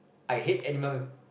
I hate animal